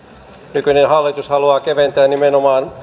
nykyinen hallitus haluaa keventää nimenomaan